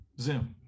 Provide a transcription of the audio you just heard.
Zoom